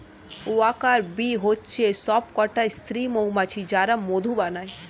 worker bee হচ্ছে সবকটা স্ত্রী মৌমাছি যারা মধু বানায়